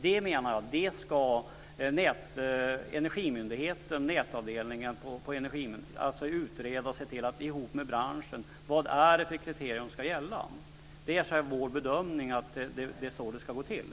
Det menar vi att Energimyndighetens nätavdelning ska utreda och tillsammans med branschen se vad det är för kriterier som ska gälla. Det är vår bedömning att det är så det ska gå till.